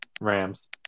Rams